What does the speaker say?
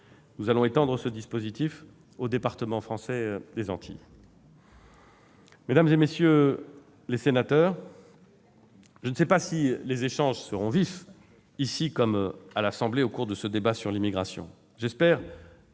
Nous allons étendre ce dispositif aux départements français des Antilles. Mesdames, messieurs les sénateurs, je ne sais pas si les échanges seront aussi vifs ici qu'à l'Assemblée nationale au cours du débat sur l'immigration.